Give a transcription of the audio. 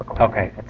okay